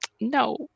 no